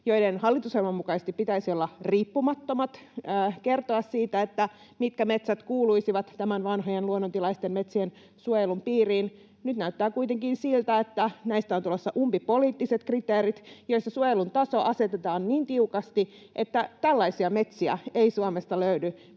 joiden hallitusohjelman mukaisesti pitäisi olla riippumattomat ja kertoa siitä, mitkä metsät kuuluisivat vanhojen luonnontilaisten metsien suojelun piiriin. Nyt näyttää kuitenkin siltä, että näistä on tulossa umpipoliittiset kriteerit, joissa suojelun taso asetetaan niin tiukasti, että tällaisia metsiä ei Suomesta löydy